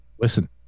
listen